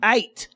Eight